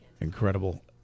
Incredible